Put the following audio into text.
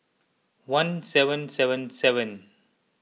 one seven seven seven